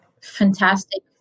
fantastic